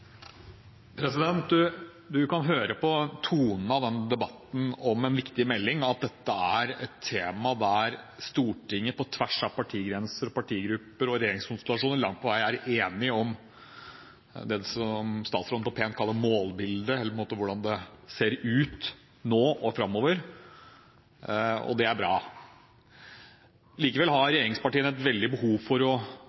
kan høre på tonen i denne debatten om en viktig melding at dette er et tema der Stortinget på tvers av partigrenser, partigrupper og regjeringskonstellasjoner langt på vei er enig om det som statsråden pent kaller målbildet for hvordan det ser ut nå og framover. Og det er bra. Likevel har regjeringspartiene et veldig behov for ettertrykkelig å